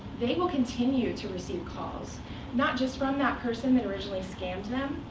they will continue to receive calls not just from that person that originally scammed them,